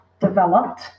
developed